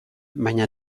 baina